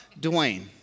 Dwayne